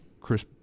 Chris